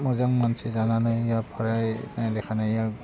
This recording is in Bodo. मोजां मानसि जानानै फरायनाय लिरनायजों